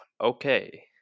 okay